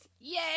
Yay